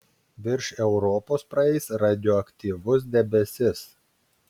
virš europos praeis radioaktyvus debesis